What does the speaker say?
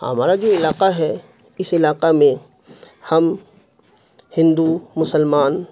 ہمارا جو علاقہ ہے اس علاقہ میں ہم ہندو مسلمان